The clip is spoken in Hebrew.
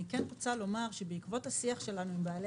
אני רוצה לומר שבעקבות השיח שלנו עם בעלי